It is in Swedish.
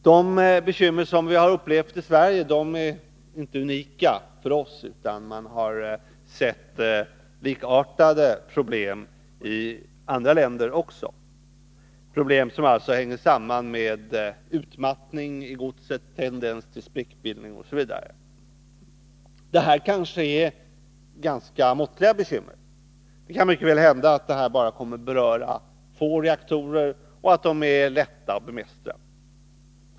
De bekymmer som vi har upplevt i Sverige är inte unika för oss, utan man har sett likartade problem i andra länder också, problem som alltså hänger samman med utmattning i godset, tendens till sprickbildning osv. Det här kanske är ganska måttliga bekymmer. Det kan mycket väl hända att detta bara kommer att beröra få reaktorer och att problemen är lätta att bemästra.